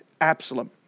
Absalom